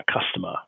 customer